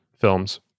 films